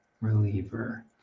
reliever